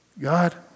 God